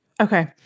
Okay